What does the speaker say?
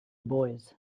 boys